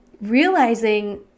realizing